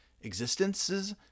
existences